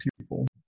people